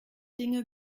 dinge